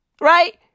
Right